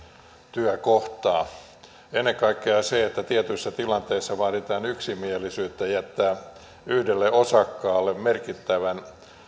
työ kohtaa ennen kaikkea se että tietyissä tilanteissa vaaditaan yksimielisyyttä jättää yhdelle osakkaalle merkittävän